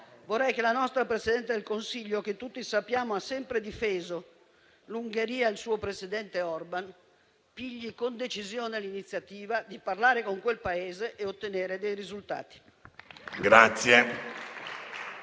Vorrei che la nostra Presidente del Consiglio, che - come tutti sappiamo - ha sempre difeso l'Ungheria e il suo presidente Orban, prenda con decisione l'iniziativa di parlare con i rappresentanti di quel Paese e ottenere dei risultati.